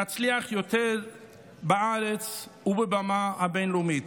נצליח יותר בארץ ובבמה הבין-לאומית.